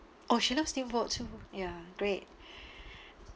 oh she loves steamboat too ya great